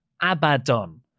Abaddon